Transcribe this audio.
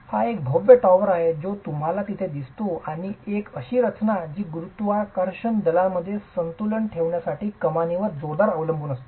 हा एक भव्य टॉवर आहे जो तुम्हाला तिथे दिसतो आणि एक अशी रचना जी गुरुत्वाकर्षण दलांमध्ये संतुलन ठेवण्यासाठी कमानींवर जोरदारपणे अवलंबून असते